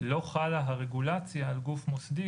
לא חלה הרגולציה על גוף מוסדי,